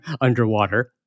underwater